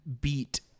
beat